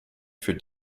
für